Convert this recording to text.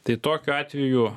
tai tokiu atveju